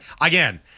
again